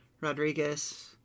Rodriguez